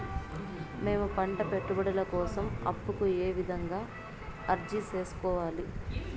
మేము పంట పెట్టుబడుల కోసం అప్పు కు ఏ విధంగా అర్జీ సేసుకోవాలి?